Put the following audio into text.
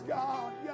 God